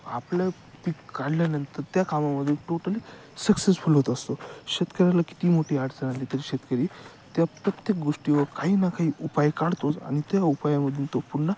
आपलं पीक काढल्यानंतर त्या कामामध्ये टोटली सक्सेसफुल होत असतो शेतकऱ्याला किती मोठी अडचण आली तरी शेतकरी त्या प्रत्येक गोष्टीवर काही ना काही उपाय काढतोच आणि त्या उपायामधून तो पुन्हा